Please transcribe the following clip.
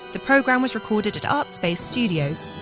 the programme was recorded at artspace studios,